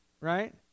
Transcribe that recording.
right